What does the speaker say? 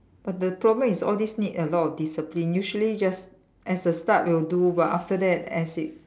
but the problem is all these need a lot of discipline usually just as a start you will do but after that as it